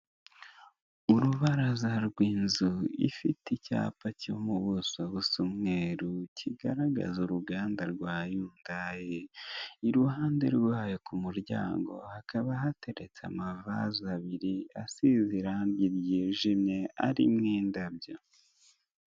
Urubaraza rw'inzu ifite icyapa cyo mu buso busa umweru kigaragaza uruganda rwa yundayi iruhande rwayo ku muryango hakaba hagaragara amavaze abiri asize irange ryijimye arimo indabyo.